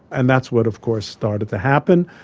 and that's what of course started to happen,